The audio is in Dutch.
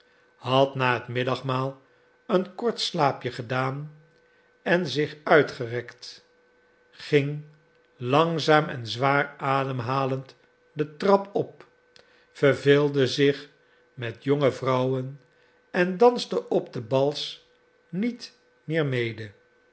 had na het middagmaal een kort slaapje gedaan en zich uitgerekt ging langzaam en zwaar ademhalend de trap op verveelde zich met jonge vrouwen en danste op de bals niet meer mede